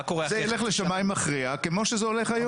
זה ילך לשמאי מכריע כמו שזה הולך היום.